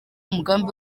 umugambi